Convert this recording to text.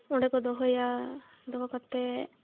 ᱚᱸᱰᱮ ᱠᱚ ᱫᱚᱦᱚᱭᱟ ᱫᱚᱦᱚ ᱠᱟᱛᱮᱫ